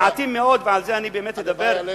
ומעטים מאוד, ועל זה אני באמת אדבר, הלוואי עלינו.